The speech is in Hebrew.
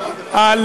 אני מקשיב.